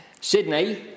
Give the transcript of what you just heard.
Sydney